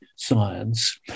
science